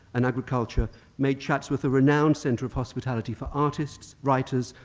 and agriculture make chatsworth a renowned center of hospitality for artists, writers,